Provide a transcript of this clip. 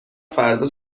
فردا